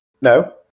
No